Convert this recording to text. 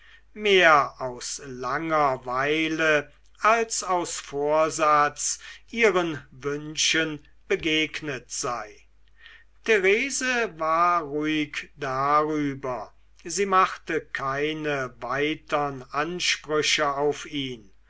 mehr aus langer weile als aus vorsatz ihren wünschen begegnet sei therese war ruhig darüber sie machte keine weitern ansprüche auf ihn